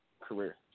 career